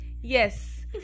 Yes